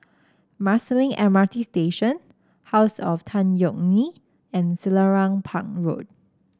Marsiling M R T Station House of Tan Yeok Nee and Selarang Park Road